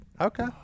Okay